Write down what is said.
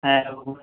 হ্যাঁ ওপোটা